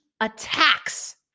attacks